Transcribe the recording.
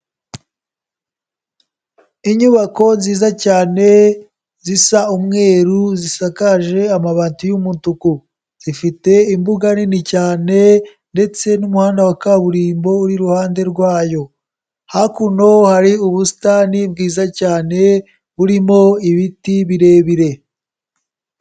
Inyubako nziza cyane zisa umweru zisakaje amabati y'umutuku, zifite imbuga nini cyane ndetse n'umuhanda wa kaburimbo uri iruhande rwayo. Hakuno hari ubusitani bwiza cyane burimo ibiti birebire.